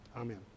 Amen